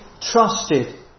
Trusted